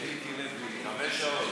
מיקי לוי, חמש שעות.